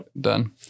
done